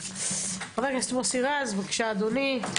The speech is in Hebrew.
חבר הכסת מוסי רז, בבקשה אדוני.